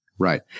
Right